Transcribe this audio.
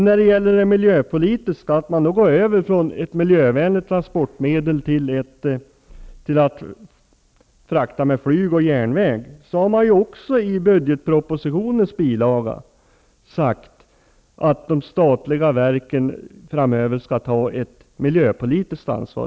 När det gäller den miljöpolitiska aspekten, som här innebär att man går över från ett miljövänligt transportmedel till att frakta med flyg och järnväg, har regeringen i budgetpropositionens bilaga sagt att de statliga verken framöver skall ta också ett miljöpolitiskt ansvar.